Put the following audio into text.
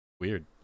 weird